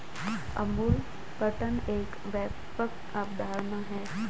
Amul pattern एक व्यापक अवधारणा है